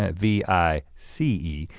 ah v i c e,